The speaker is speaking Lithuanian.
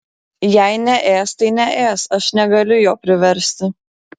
jei neės tai neės aš negaliu jo priversti